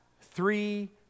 three